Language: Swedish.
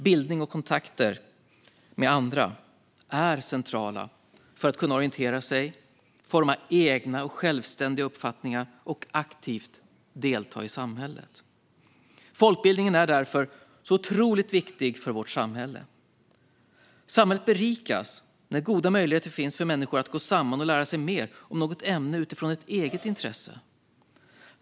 Bildning och kontakter med andra är centralt för att kunna orientera sig, forma egna och självständiga uppfattningar och aktivt delta i samhället. Folkbildningen är därför otroligt viktig för vårt samhälle. Samhället berikas när goda möjligheter finns för människor att gå samman och lära sig mer om något ämne utifrån eget intresse.